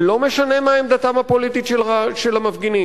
ולא משנה מה עמדתם הפוליטית של המפגינים.